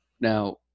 Now